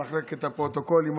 למחלקת הפרוטוקולים,